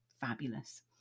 fabulous